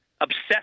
obsessed